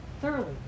thoroughly